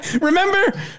Remember